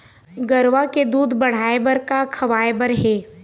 गरवा के दूध बढ़ाये बर का खवाए बर हे?